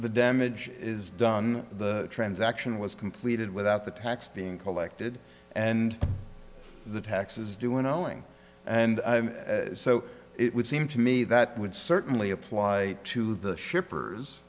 the damage is done the transaction was completed without the tax being collected and the taxes due and owing and so it would seem to me that would certainly apply to the shippers